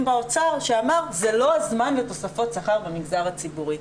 באוצר שאמר זה לא הזמן לתוספות שכר במגזר הציבורי.